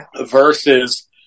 versus